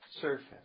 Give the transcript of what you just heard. surface